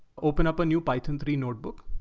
open up a new python three notebook.